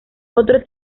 otro